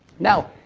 now,